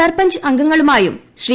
സർപഞ്ച് അംഗങ്ങളുമായും ശ്രീ